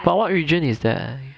but what region is that